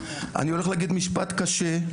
אני הולך להגיד משפט קשה,